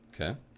Okay